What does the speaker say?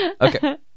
Okay